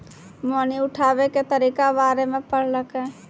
मोहिनी उठाबै के तरीका बारे मे पढ़लकै